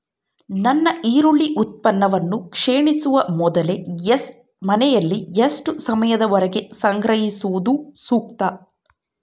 ನನ್ನ ಈರುಳ್ಳಿ ಉತ್ಪನ್ನವು ಕ್ಷೇಣಿಸುವ ಮೊದಲು ಮನೆಯಲ್ಲಿ ಎಷ್ಟು ಸಮಯದವರೆಗೆ ಸಂಗ್ರಹಿಸುವುದು ಸೂಕ್ತ?